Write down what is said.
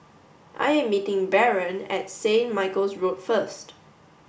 I am meeting Baron at Saint Michael's Road first